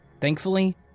Thankfully